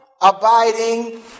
abiding